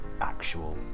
actual